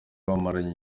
bamaranye